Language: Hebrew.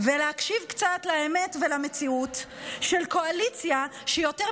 ולהקשיב קצת לאמת ולמציאות של קואליציה שיותר